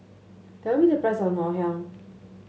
tell me the price of Ngoh Hiang